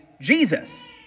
Jesus